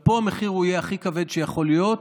פה המחיר יהיה הכי כבד שיכול להיות,